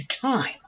time